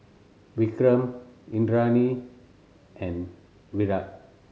Vikram Indranee and Virat